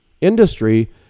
industry